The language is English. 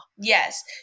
Yes